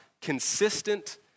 consistent